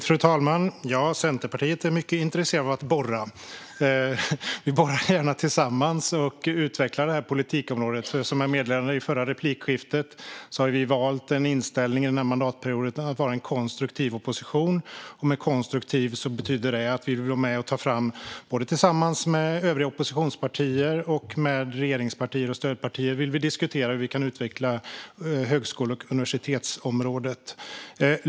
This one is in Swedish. Fru talman! Ja, Centerpartiet är mycket intresserat av att borra. Vi borrar gärna tillsammans och utvecklar det här politikområdet. Som jag meddelade i det förra replikskiftet har vi den här mandatperioden valt inställningen att vara en konstruktiv opposition. "Konstruktiv" betyder i det här fallet att vi tillsammans med såväl övriga oppositionspartier som regeringspartier och stödpartier vill diskutera hur vi kan utveckla högskole och universitetsområdet.